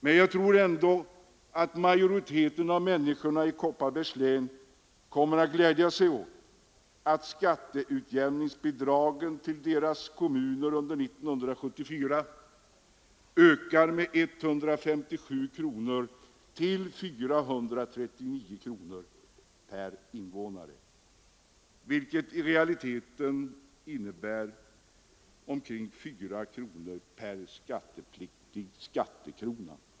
Men jag tror ändå att majoriteten av människorna i Kopparbergs län kommer att glädja sig åt att skatteutjämningsbidragen till deras kommuner under 1974 ökar med 157 kronor till 439 kronor per invånare, vilket i realiteten innebär omkring 4 kronor per skattepliktig skattekrona.